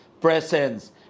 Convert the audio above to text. presence